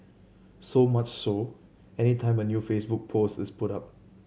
so much so any time a new Facebook post is put up